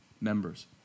members